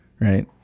right